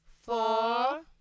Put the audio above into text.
four